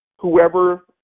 whoever